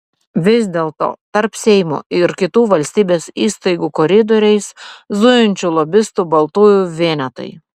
vis dėlto tarp seimo ir kitų valstybės įstaigų koridoriais zujančių lobistų baltųjų vienetai